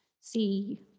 see